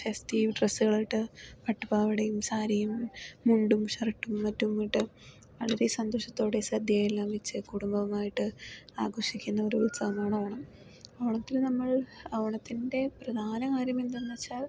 festive ഡ്രെസ്സുകളിട്ട് പട്ടുപാവാടയും സാരിയും മുണ്ടും ഷർട്ടും മറ്റും ഇട്ട് വളരെ സന്തോഷത്തോടെ സദ്യയിൽ ഒന്നിച്ച് കുടുംബവുമായിട്ട് ആഘോഷിക്കുന്ന ഒരു ഉത്സവമാണ് ഓണം ഓണത്തിന് നമ്മൾ ഓണത്തിൻ്റെ പ്രധാന കാര്യം എന്തെന്ന് വെച്ചാൽ